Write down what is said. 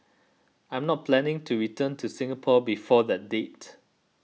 I'm not planning to return to Singapore before that date